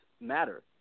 matter